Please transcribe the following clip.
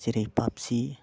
जेरै पाबजि